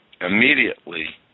immediately